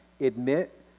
admit